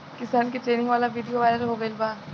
किसान के ट्रेनिंग वाला विडीओ वायरल हो गईल बा